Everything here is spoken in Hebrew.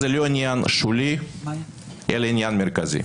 זה לא עניין שולי, אלא עניין מרכזי.